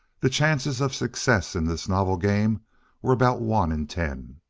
the chances of success in this novel game were about one in ten.